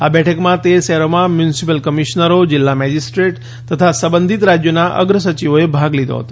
આ બેઠકમાં તેર શહેરોમાં મ્યુનિસિપલ કમીશનરો જિલ્લા મેજીસ્ટ્રેટ તથા સંબંધીત રાજ્યોના અગ્ર સચિવોએ ભાગ લીધો હતો